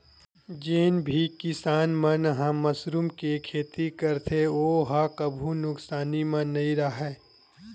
जेन भी किसान मन ह मसरूम के खेती करथे ओ ह कभू नुकसानी म नइ राहय